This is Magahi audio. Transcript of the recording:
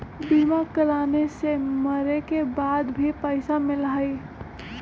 बीमा कराने से मरे के बाद भी पईसा मिलहई?